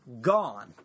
Gone